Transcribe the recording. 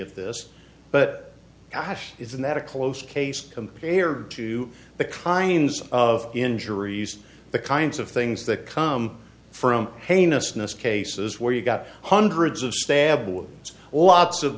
of this but gosh isn't that a close case compared to the kinds of injuries the kinds of things that come from heinousness cases where you've got hundreds of stab